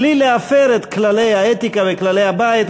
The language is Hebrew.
בלי להפר את כללי האתיקה וכללי הבית.